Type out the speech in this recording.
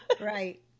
Right